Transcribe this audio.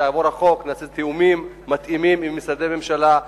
כשיעבור החוק נעשה תיאומים מתאימים עם משרדי ממשלה.